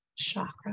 Chakra